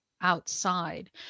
outside